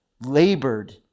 labored